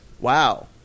Wow